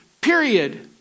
period